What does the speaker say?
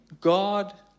God